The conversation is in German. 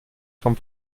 vom